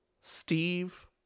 Steve